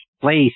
place